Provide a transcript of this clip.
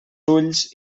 ulls